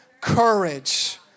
courage